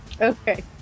Okay